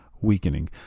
weakening